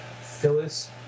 Phyllis